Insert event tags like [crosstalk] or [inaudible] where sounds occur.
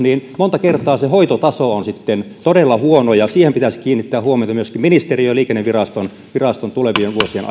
monta kertaa se hoitotaso on sitten todella huono ja siihen pitäisi myöskin ministeriön ja liikenneviraston kiinnittää huomiota tulevien vuosien [unintelligible]